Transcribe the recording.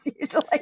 usually